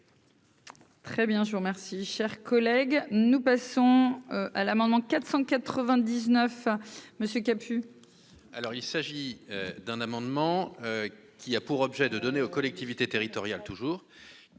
Très bien, je vous remercie, cher collègue, nous passons à l'amendement 499 monsieur kaput. Alors il s'agit d'un amendement qui a pour objet de donner aux collectivités territoriales toujours